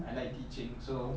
I like teaching so